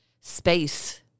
space